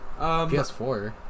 PS4